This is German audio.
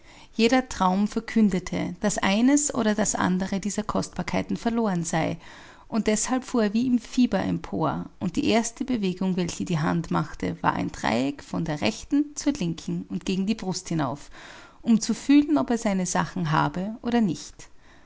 jeder traum verkündete daß eines oder das andere dieser kostbarkeiten verloren sei und deshalb fuhr er wie im fieber empor und die erste bewegung welche die hand machte war ein dreieck von der rechten zur linken und gegen die brust hinauf um zu fühlen ob er seine sachen habe oder nicht